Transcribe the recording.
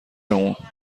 اون